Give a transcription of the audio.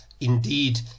Indeed